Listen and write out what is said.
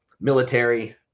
military